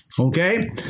Okay